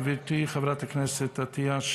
גברתי חברת הכנסת עטייה,